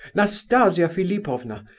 nastasia philipovna,